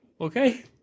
okay